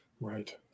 Right